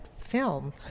film